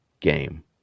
game